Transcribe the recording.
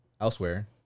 elsewhere